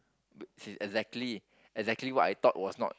which is exactly exactly what I thought was not